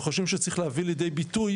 וחושבים שצריך להביא לידי ביטוי,